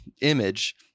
image